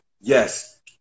yes